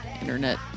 internet